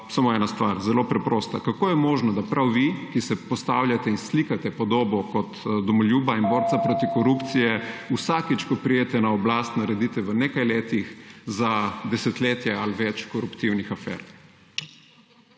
samo ena stvar, zelo preprosta: Kako je možno, da prav vi, ki se predstavljate in slikate podobo kot domoljuba in borca proti korupciji, vsakič, ko pridete na oblast, naredite v nekaj letih za desetletje ali več koruptivnih afer?